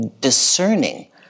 discerning